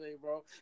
bro